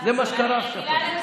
זה מה שקרה עכשיו.